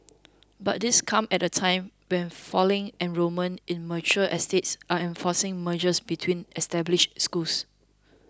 but this comes at a time when falling enrolment in mature estates are enforcing mergers between established schools